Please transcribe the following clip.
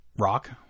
rock